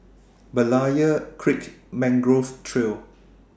Berlayer Creek Mangrove Trail